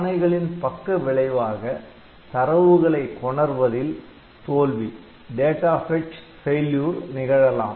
ஆணைகளின் பக்கவிளைவாக தரவுகளை கொணர்வதில் தோல்வி நிகழலாம்